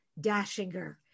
Dashinger